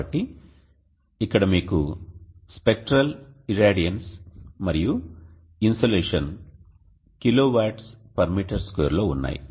కాబట్టి ఇక్కడ మీకు స్పెక్ట్రల్ ఇరాడియెన్స్ మరియు ఇన్సోలేషన్ kWm2 లో ఉన్నాయి